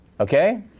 Okay